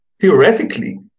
theoretically